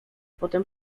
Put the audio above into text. potem